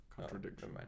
Contradiction